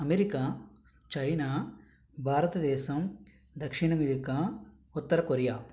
America China భారతదేశం దక్షిణమెరికా ఉత్తర కొరియా